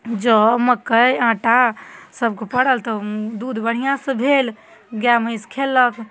जौ मकइ आटा सबके परल तऽ दूध बढ़िऑंसँ भेल गाय महीस खेलक